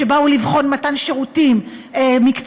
באו לבחון מתן שירותים מקצועיים,